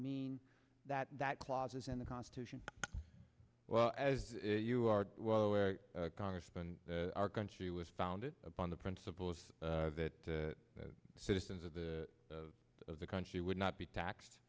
mean that that clause in the constitution well as you are congressman our country was founded upon the principle is that the citizens of the of the country would not be taxed